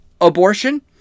abortion